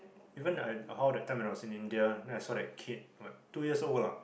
even uh how that time when I was in India then I saw that kid two years old lah